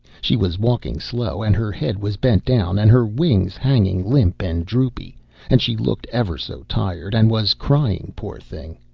she was walking slow, and her head was bent down, and her wings hanging limp and droopy and she looked ever so tired, and was crying, poor thing!